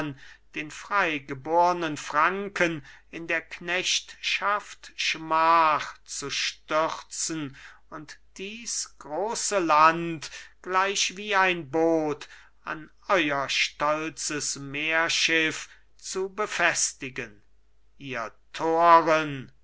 den freigebornen franken in der knechtschaft schmach zu stürzen und dies große land gleichwie ein boot an euer stolzes meerschiff zu befestigen ihr toren